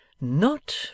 Not